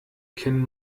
kennen